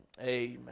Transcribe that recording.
Amen